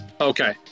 Okay